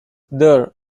there